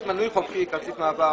יש מנוי חופשי, כרטיס מעבר